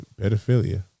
Pedophilia